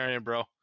bro